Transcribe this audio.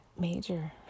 major